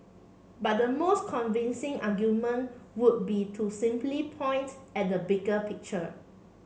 but the most convincing argument would be to simply point at the bigger picture